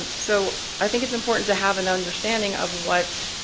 um so, i think it's important to have an understanding of what